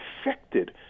affected